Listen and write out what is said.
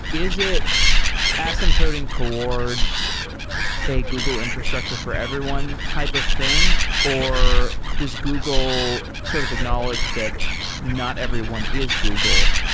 is it asymptoting towards a google infrastructure for everyone type of thing or does google sort of acknowledge that not everyone is google.